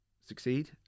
succeed